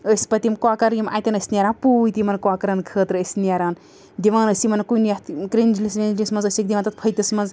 أسۍ پَتہٕ یِم کۄکَر یِم اَتیٚن ٲسۍ نیران پوٗتۍ یِمَن کۄکرَن خٲطرٕٲسۍ نیران دِوان ٲسۍ یِمَن کُنہِ یَتھ کرٛیٚنٛجلِس ویٚنٛجلِس منٛز ٲسِکھ دِوان تتھ پھٔتِس منٛز